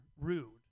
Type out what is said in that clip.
rude